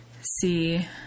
see